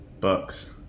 Bucks